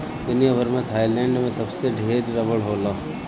दुनिया भर में थाईलैंड में सबसे ढेर रबड़ होला